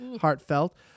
Heartfelt